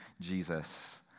Jesus